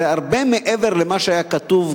זה הרבה מעבר למה שהיה כתוב,